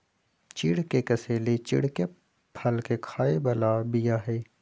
चिढ़ के कसेली चिढ़के फल के खाय बला बीया हई